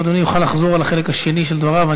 אם אדוני יוכל לחזור על החלק השני של דבריו,